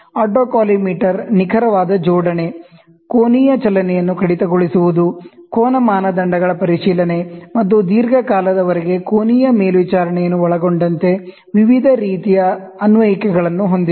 autocollimator ನಿಖರವಾದ ಜೋಡಣೆ ಕೋನೀಯ ಚಲನೆಯನ್ನು ಕಡಿತಗೊಳಿಸುವುದು ಕೋನ ಮಾನದಂಡಗಳ ಪರಿಶೀಲನೆ ಮತ್ತು ದೀರ್ಘಕಾಲದವರೆಗೆ ಕೋನೀಯ ಮೇಲ್ವಿಚಾರಣೆಯನ್ನು ಒಳಗೊಂಡಂತೆ ವಿವಿಧ ರೀತಿಯ ಅನ್ವಯಿಕೆಗಳನ್ನು ಹೊಂದಿದೆ